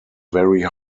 very